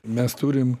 mes turim